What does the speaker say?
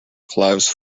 close